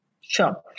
Sure